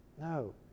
No